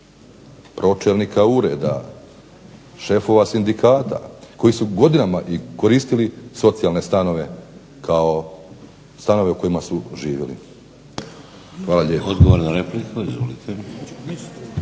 pročelnika ureda, šefova sindikata koji su godinama koristili socijalne stanove kao stanove u kojima su živjeli. Hvala lijepo.